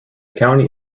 county